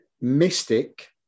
mystic